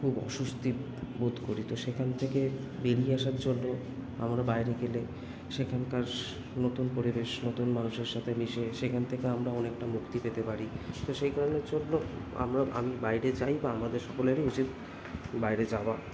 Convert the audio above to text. খুব অস্বস্তিবোধ করি তো সেখান থেকে বেড়িয়ে আসার জন্য আমরা বাইরে গেলে সেখানকার নতুন করে বেশ নতুন মানুষের সাথে মিশে সেখান থেকে আমরা অনেকটা মুক্তি পেতে পারি তো সেই কারণের জন্য আমরা আমি বাইরে যাই বা আমাদের সকলেরই উচিত বাইরে যাওয়া